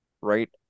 right